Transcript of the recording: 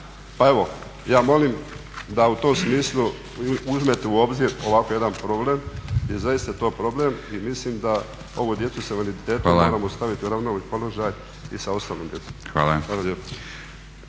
pa evo ja molim da u tom smislu uzmete u obzir ovako jedan problem, jer zaista je to problem i mislim da ovu djecu sa invaliditetom moramo staviti u ravnopravni položaj i sa ostalom djecom. Hvala